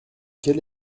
quel